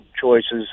choices